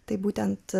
tai būtent